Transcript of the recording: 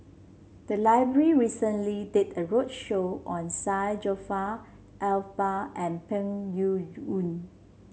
the library recently did a roadshow on Syed Jaafar Albar and Peng Yuyun